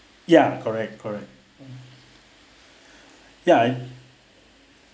ya correct correct ya I